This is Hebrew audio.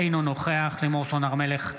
אינו נוכח לימור סון הר מלך,